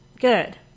Good